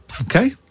Okay